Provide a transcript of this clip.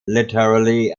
literally